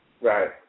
Right